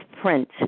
print